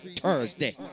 Thursday